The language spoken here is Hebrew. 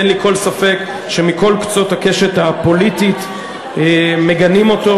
אין לי כל ספק שמכל קצות הקשת הפוליטית מגנים אותו.